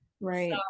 Right